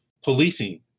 policing